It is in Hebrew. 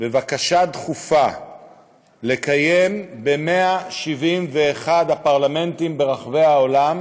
בבקשה דחופה לקיים ב-171 הפרלמנטים ברחבי העולם